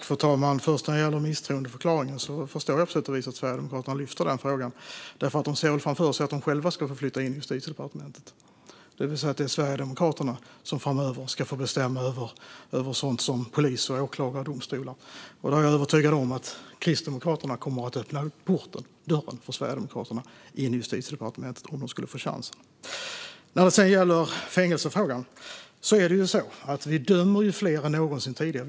Fru talman! När det gäller misstroendeförklaringen förstår jag på sätt och vis att Sverigedemokraterna lyfter upp den frågan, för de ser väl framför sig att de själva ska få flytta in på Justitiedepartementet, det vill säga att det är Sverigedemokraterna som framöver ska få bestämma över sådant som polis, åklagare och domstolar. Där är jag övertygad om att Kristdemokraterna kommer att öppna dörren in till Justitiedepartementet för Sverigedemokraterna, om de får chansen. När det gäller fängelsefrågan dömer vi fler än någonsin tidigare.